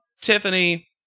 Tiffany